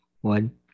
one